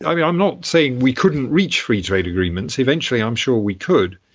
i'm not saying we couldn't reach free trade agreements, eventually i'm sure we could.